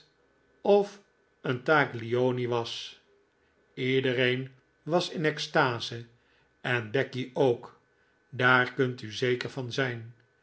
of een taglioni was iedereen was in extase en becky ook daar kunt u zeker van zijn